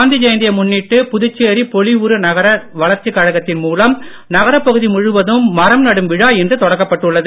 காந்தி ஜெயந்தியை முன்னிட்டு புதுச்சேரி பொலிவுறு நகர வளர்ச்சிக் கழகத்தின் மூலம் நகரப்பகுதி முழுவதும் மரம் நடும் விழா இன்று தொடங்கப்பட்டுள்ளது